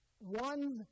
one